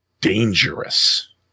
dangerous